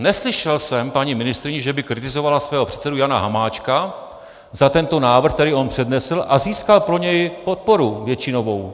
Neslyšel jsem paní ministryni, že by kritizovala svého předsedu Jana Hamáčka za tento návrh, který on přednesl a získal pro něj většinovou podporu.